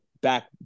back